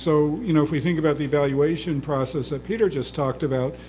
so you know if we think about the evaluation process that peter just talked about,